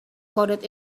coded